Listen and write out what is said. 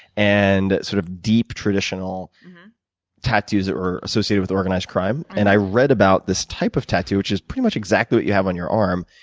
and sort of deep, traditional tattoos that were associated with organized crime. and i read about this type of tattoo, which is pretty much exactly what you have on your arm,